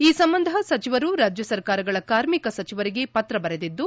ಈ ಸಂಬಂಧ ಸಚಿವರು ರಾಜ್ಯ ಸರ್ಕಾರಗಳ ಕಾರ್ಮಿಕ ಸಚಿವರಿಗೆ ಪತ್ರ ಬರೆದಿದ್ದು